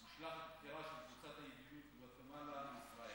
משלחת בכירה של אגודת הידידות גוואטמלה-ישראל.